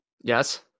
Yes